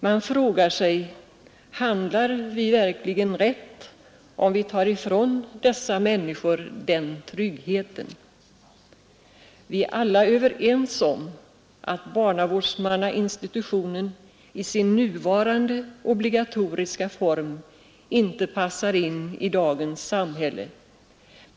Man frågar sig: Handlar vi verkligen rätt om vi tar ifrån dessa människor den tryggheten? Vi är alla överens om att barnavårdsmannainstitutionen i sin nuvarande obligatoriska form inte passar in i dagens samhälle.